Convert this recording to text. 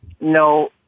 No